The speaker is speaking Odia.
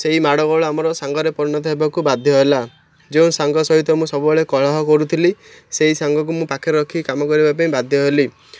ସେହି ମାଡ଼ଗୋଳ ଆମର ସାଙ୍ଗରେ ପରିଣତ ହେବାକୁ ବାଧ୍ୟ ହେଲା ଯେଉଁ ସାଙ୍ଗ ସହିତ ମୁଁ ସବୁବେଳେ କଳାହ କରୁଥିଲି ସେଇ ସାଙ୍ଗକୁ ମୁଁ ପାଖେ ରଖି କାମ କରିବା ପାଇଁ ବାଧ୍ୟ ହେଲି